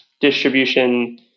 distribution